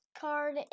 card